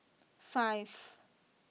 five